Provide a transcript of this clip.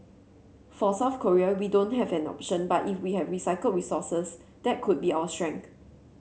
for South Korea we don't have an option but if we have recycled resources that could be our strength